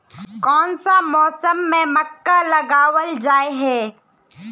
कोन सा मौसम में मक्का लगावल जाय है?